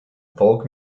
folk